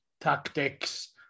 tactics